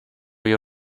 you